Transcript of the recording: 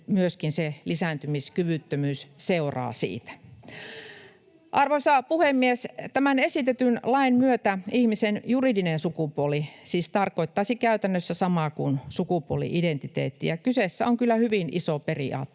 se lisääntymiskyvyttömyys seuraa siitä. Arvoisa puhemies! Tämän esitetyn lain myötä ihmisen juridinen sukupuoli siis tarkoittaisi käytännössä samaa kuin sukupuoli-identiteetti, ja kyseessä on kyllä hyvin iso periaatteellinen